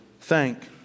thank